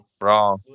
Wrong